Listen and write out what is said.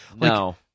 No